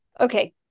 okay